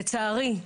לצערי,